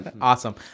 Awesome